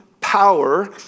power